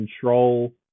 control